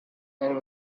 and